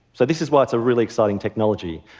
so this is why it's a really exciting technology.